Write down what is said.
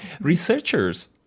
Researchers